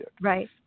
right